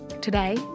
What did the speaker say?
Today